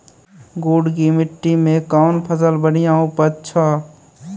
गुड़ की मिट्टी मैं कौन फसल बढ़िया उपज छ?